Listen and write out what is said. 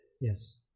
Yes